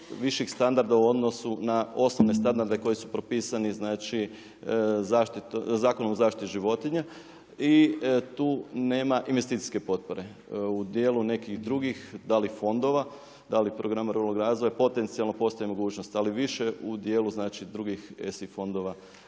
viših standarda u odnosu na osnovne standarde koje su propisani Zakonom o zaštiti životinja i tu nema investicijske potpore. U dijelu nekih drugih, da li fondova, da li programa ruralnog razvoja, potencijalno postoji mogućnost. Ali više u dijelu drugih ESIH fondova